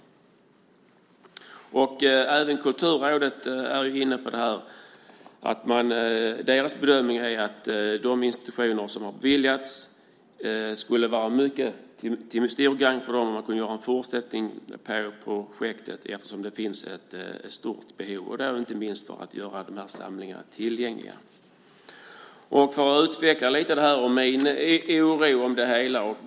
Kulturrådets bedömning är att det skulle vara till stort gagn för de institutioner som har beviljats medel att fortsätta projektet eftersom det finns ett stort behov, inte minst för att göra samlingarna tillgängliga. Låt mig få utveckla min oro för det hela.